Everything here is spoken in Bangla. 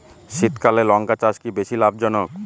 শীতকালে লঙ্কা চাষ কি বেশী লাভজনক?